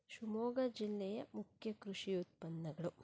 ಶಿಮೋಗ ಜಿಲ್ಲೆಯ ಮುಖ್ಯ ಕೃಷಿ ಉತ್ಪನ್ನಗಳು